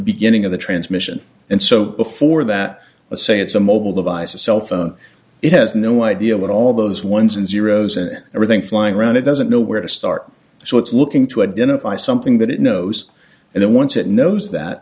beginning of the transmission and so before that let's say it's a mobile device a cell phone it has no idea what all those ones and zeros and everything flying around it doesn't know where to start so it's looking to identify something that it knows and then once it knows that